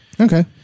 Okay